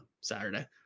Saturday